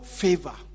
favor